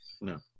No